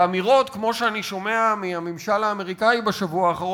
ואמירות כמו שאני שומע מהממשל האמריקני בשבוע האחרון,